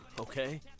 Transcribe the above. Okay